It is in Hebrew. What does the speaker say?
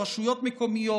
ברשויות מקומיות,